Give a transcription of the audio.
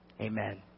Amen